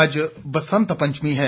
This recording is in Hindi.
आज बसंत पंचमी है